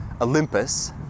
Olympus